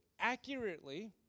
accurately